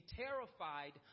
terrified